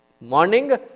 morning